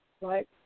right